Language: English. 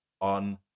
on